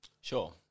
Sure